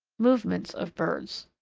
movements of birds.